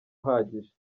uhagije